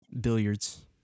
billiards